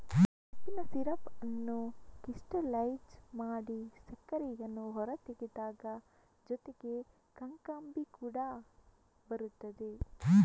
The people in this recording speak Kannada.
ಕಬ್ಬಿನ ಸಿರಪ್ ಅನ್ನು ಕ್ರಿಸ್ಟಲೈಜ್ ಮಾಡಿ ಸಕ್ಕರೆಯನ್ನು ಹೊರತೆಗೆದಾಗ ಜೊತೆಗೆ ಕಾಕಂಬಿ ಕೂಡ ಬರುತ್ತದೆ